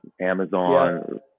Amazon